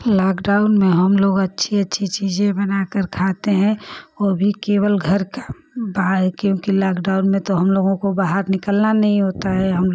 lockdown में हमलोग अच्छी अच्छी चीज़ें बनाकर खाते हैं वह भी केवल घर का बाहर का क्योंकि लॉकडाउन में तो हमलोगों को बाहर निकलना नहीं होता है हमलोग